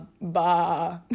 Bah